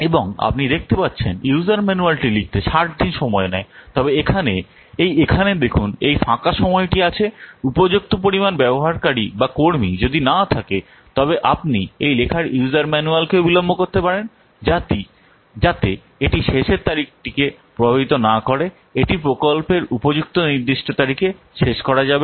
এবং আপনি দেখতে পাচ্ছেন ইউজার ম্যানুয়ালটি লিখতে 60 দিন সময় নেয় তবে এখানে এই এখানে দেখুন এই ফাঁকা সময়টি আছে উপযুক্ত পরিমাণ ব্যবহারকারী বা কর্মী যদি না থাকে তবে আপনি এই লেখার ইউজার ম্যানুয়ালকেও বিলম্ব করতে পারেন যাতে এটি শেষের তারিখটিকে প্রভাবিত না করে এটি প্রকল্পের উপযুক্ত নির্দিষ্ট তারিখে শেষ করা যাবে